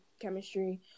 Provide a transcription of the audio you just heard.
chemistry